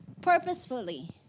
purposefully